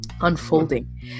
unfolding